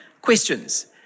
questions